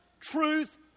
truth